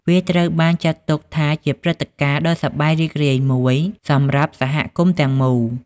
វាត្រូវបានចាត់ទុកថាជាព្រឹត្តការណ៍ដ៏សប្បាយរីករាយមួយសម្រាប់សហគមន៍ទាំងមូល។